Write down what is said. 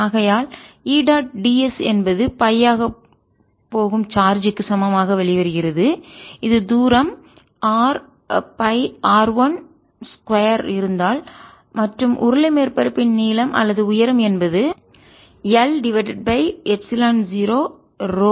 ஆகையால் E dot ds என்பது pi ஆகப் போகும் சார்ஜ் க்கு சமமாக வெளிவருகிறது இது தூரம் r pi r 1 2 இருந்தால் மற்றும் உருளை மேற்பரப்பின் நீளம் அல்லது உயரம் என்பது l L divided by epsilon 0ரோ